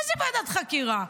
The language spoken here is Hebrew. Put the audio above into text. מה זה ועדת חקירה?